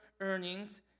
earnings